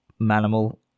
Manimal